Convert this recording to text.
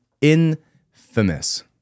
infamous